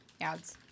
ads